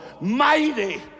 mighty